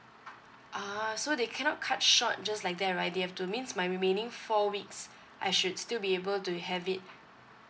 ah so they cannot cut short just like that right they have to means my remaining four weeks I should still be able to have it